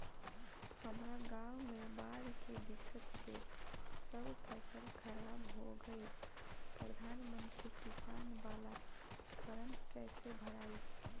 हमरा गांव मे बॉढ़ के दिक्कत से सब फसल खराब हो गईल प्रधानमंत्री किसान बाला फर्म कैसे भड़ाई?